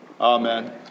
Amen